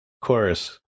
chorus